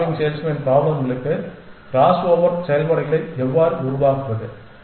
travelling salesman பிராப்ளம்களுக்கு crossover செயல்பாடுகளை எவ்வாறு உருவாக்குவது